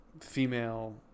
female